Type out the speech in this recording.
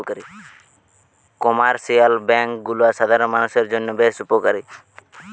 commercial bank গুলা সাধারণ মানুষের জন্য বেশ উপকারী